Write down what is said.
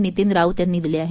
नितीन राऊत यांनी दिले आहेत